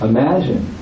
Imagine